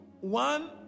One